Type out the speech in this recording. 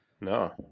No